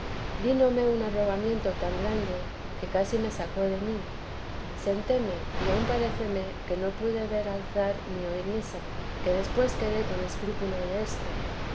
vínome un arrebatamiento tan grande que casi me sacó de mí sentéme y aun paréceme que no pude ver alzar ni oír misa que después quedé con escrúpulo desto